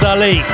Ali